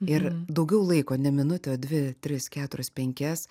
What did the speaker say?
ir daugiau laiko ne minutę o dvi tris keturias penkias